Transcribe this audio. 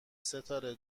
ستاره